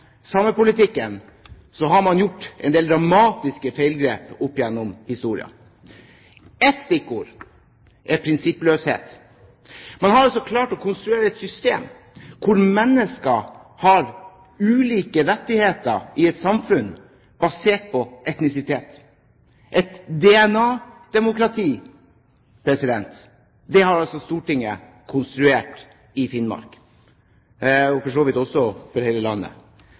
samepolitikken har man gjort en del dramatiske feilgrep opp gjennom historien. Et stikkord er prinsippløshet. Man har altså klart å konstruere et system hvor mennesker har ulike rettigheter i et samfunn, basert på etnisitet. Stortinget har altså konstruert et DNA-demokrati i Finnmark, og for så vidt også i hele landet,